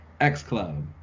X-Club